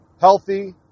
healthy